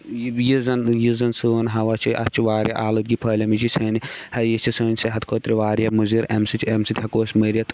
یُس زَن یُس زن سون ہوا چھُ اَتھ چھُ واریاہ آلودگی پھٔہلے مٕژ یہِ چھِ سانہِ یہِ چھِ سٲنۍ صحت خٲطرٕ واریاہ مُزِر اَمہِ سۭتۍ چھِ اَمہِ سۭتۍ ہٮ۪کو أسۍ مٔرِتھ